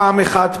פעם אחת,